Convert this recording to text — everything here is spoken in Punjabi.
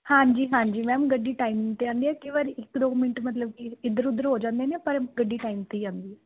ਹਾਂਜੀ ਹਾਂਜੀ ਮੈਮ ਗੱਡੀ ਟਾਈਮ 'ਤੇ ਆਉਂਦੀ ਹੈ ਕਈ ਵਾਰ ਇੱਕ ਦੋ ਮਿੰਟ ਮਤਲਬ ਕਿ ਇੱਧਰ ਉੱਧਰ ਹੋ ਜਾਂਦੇ ਨੇ ਪਰ ਗੱਡੀ ਟਾਈਮ 'ਤੇ ਹੀ ਆਉਂਦੀ ਹੈ